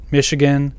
Michigan